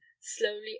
slowly